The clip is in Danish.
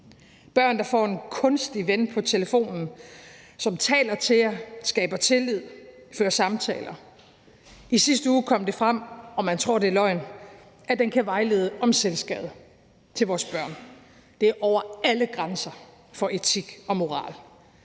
børn, der får en kunstig ven på telefonen, som taler til dem, skaber tillid og fører samtaler. I sidste uge kom det frem – og man tror, det er løgn – at den kan vejlede vores børn om selvskade. Det er over alle grænser for etik og moral.